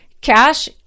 cash